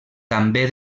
també